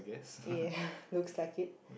ya looks like it